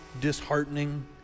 disheartening